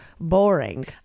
Boring